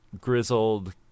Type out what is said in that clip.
grizzled